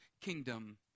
kingdom